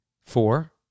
Four